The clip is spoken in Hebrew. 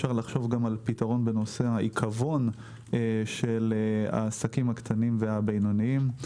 אפשר לחשוב גם על פתרון בנושא העיכבון של העסקים הקטנים והבינוניים.